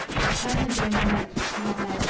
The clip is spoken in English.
but purna joined the merchants he had led,